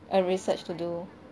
a research to do